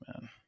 man